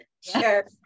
Sure